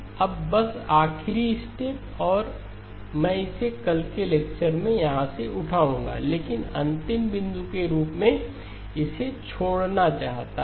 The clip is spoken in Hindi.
अब बस आखिरी स्टेप और मैं इसे कल के लेक्चर में यहाँ से उठाऊंगा लेकिन अंतिम बिंदु के रूप में इसे छोड़ना चाहता था